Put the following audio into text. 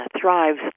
thrives